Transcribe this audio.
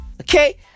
Okay